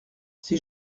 c’est